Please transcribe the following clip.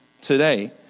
today